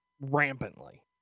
rampantly